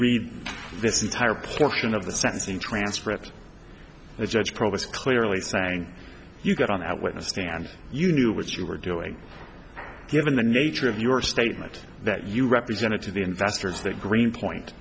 read this entire portion of the sentencing transcript the judge probe is clearly saying you got on that witness stand you knew what you were doing given the nature of your statement that you represented to the investors that green point